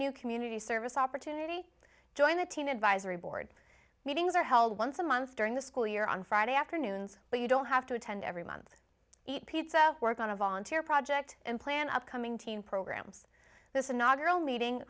new community service opportunity join the teen advisory board meetings are held once a month during the school year on friday afternoons but you don't have to attend every month eat pizza work on a volunteer project and plan upcoming teen programs